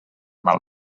mal